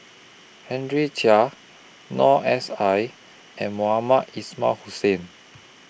Henry Chia Noor S I and Mohamed Ismail Hussain